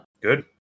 Good